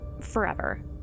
forever